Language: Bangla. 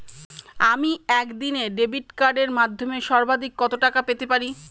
আমি একদিনে ডেবিট কার্ডের মাধ্যমে সর্বাধিক কত টাকা পেতে পারি?